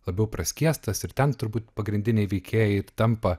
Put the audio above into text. labiau praskiestas ir ten turbūt pagrindiniai veikėjai tampa